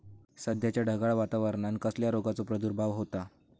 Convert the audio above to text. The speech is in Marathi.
सध्याच्या ढगाळ वातावरणान कसल्या रोगाचो प्रादुर्भाव होता?